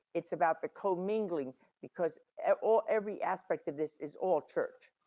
it's about the commingling because at all, every aspect of this is all church.